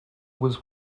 was